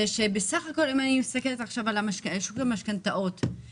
אם אני מסתכלת עכשיו על שוק המשכנתאות,